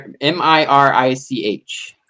M-I-R-I-C-H